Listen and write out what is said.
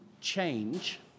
change